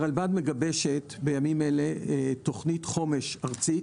הרלב"ד מגבשת בימים אלה תוכנית חומש ארצית